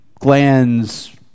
glands